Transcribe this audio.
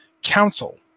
Council